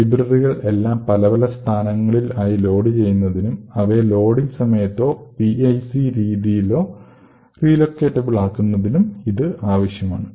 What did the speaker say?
ലൈബ്രറികൾ എല്ലാം പല പല സ്ഥാനങ്ങളിൽ ആയി ലോഡ് ചെയ്യുന്നതിനും അവയെ ലോഡിങ് സമയത്തോ PIC രീതിയിലോ റീലൊക്കേറ്റബിൾ ആക്കുന്നതിനും ഇത് ആവശ്യമാണ്